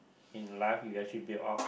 in life you actually build up